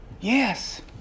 Yes